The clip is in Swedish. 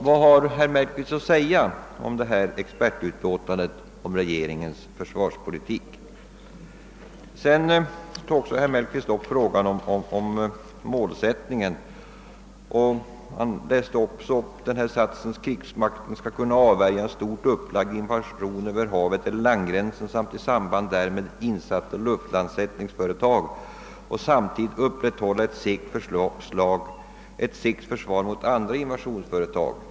Vad har herr Mellqvist att säga om detta expertutlåtande om regeringens försvarspolitik? Vidare tog herr Mellqvist upp frågan om målsättningen för försvaret och läste upp följande passus ur den gällande målsättningen: >Krigsmakten skall kunna avvärja en stort upplagd invasion över havet eller landgränsen samt i samband därmed insatta luftlandsättningsföretag och samtidigt upprätthålla ett segt försvar mot andra invasionsföretag.